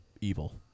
evil